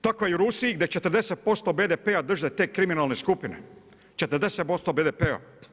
Tako i u Rusiji gdje 40% BDP-a drže te kriminalne skupine, 40% BDP-a.